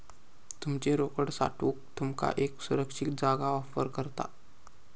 तुमची रोकड साठवूक तुमका एक सुरक्षित जागा ऑफर करता